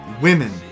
women